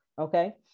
Okay